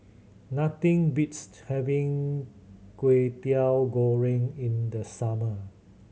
nothing beats having Kwetiau Goreng in the summer